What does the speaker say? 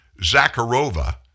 Zakharova